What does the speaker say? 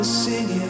singing